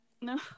No